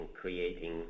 creating